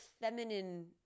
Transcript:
feminine